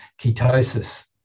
ketosis